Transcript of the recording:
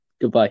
goodbye